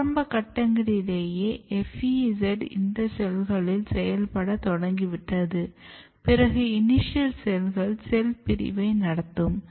ஆரம்ப கட்டங்களிலேயே FEZ இந்த செல்களில் செயல்பட தொடங்கிவிட்டது பிறகு இனிஷியல் செல்கள் செல் பிரிவை நடத்தும்